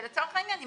ולצורך העניין,